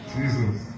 Jesus